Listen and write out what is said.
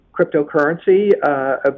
cryptocurrency